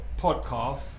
podcast